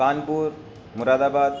کانپور مراد آباد